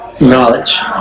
knowledge